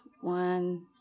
one